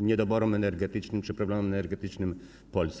niedoborem energetycznym czy problemem energetycznym Polski.